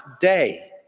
day